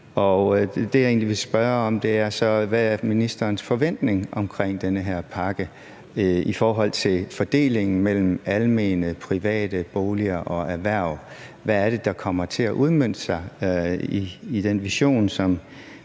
Det, jeg egentlig vil spørge om, er: Hvad er ministerens forventning til den her pakke i forhold til fordelingen mellem almene og private boliger og erhverv? Hvad er det, der kommer til at udmønte sig i den vision,